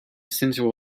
sensual